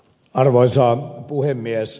arvoisa puhemies